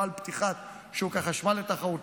לא על פתיחת שוק החשמל לתחרות,